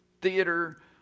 theater